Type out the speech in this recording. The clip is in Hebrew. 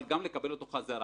אבל גם לקבל אותו בחזרה.